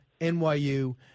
NYU